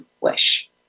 wish